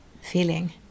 feeling